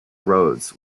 roads